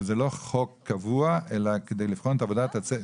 שזה לא חוק קבוע אלא כדי שנוכל